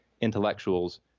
intellectuals